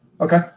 Okay